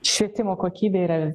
švietimo kokybė yra